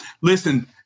Listen